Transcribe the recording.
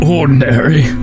ordinary